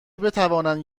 بتوانند